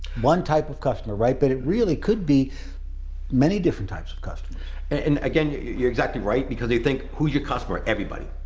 one type of customer, right? but it really could be many different types of and again, you're exactly right, because they think, who's your customer, everybody.